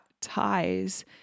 ties